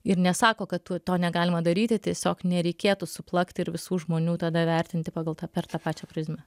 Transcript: ir nesako kad to negalima daryti tiesiog nereikėtų suplakti ir visų žmonių tada vertinti pagal tą per tą pačią prizmę